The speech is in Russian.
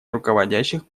руководящих